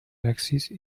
axis